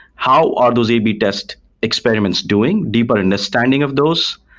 how are those a b test experiments doing, deeper understanding of those?